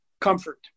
comfort